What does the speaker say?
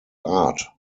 art